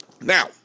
Now